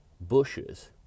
bushes